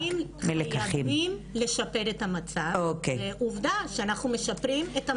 חייבים לשפר את המצב ועובדה שאנחנו משפרים את המצב.